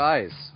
Eyes